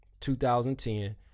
2010